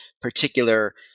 particular